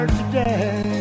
today